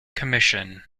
commission